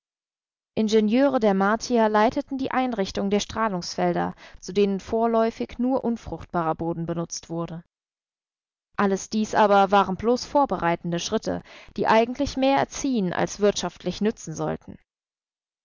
ingenieure der martier leiteten die einrichtung der strahlungsfelder zu denen vorläufig nur unfruchtbarer boden benutzt wurde alles dies aber waren bloß vorbereitende schritte die eigentlich mehr erziehen als wirtschaftlich nützen sollten